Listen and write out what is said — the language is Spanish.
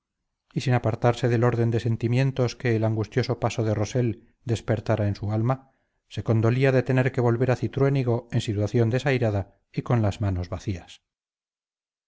y sin apartarse del orden de sentimientos que el angustioso paso de rossell despertara en su alma se condolía de tener que volver a cintruénigo en situación desairada y con las manos vacías